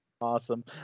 awesome